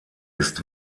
ist